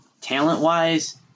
talent-wise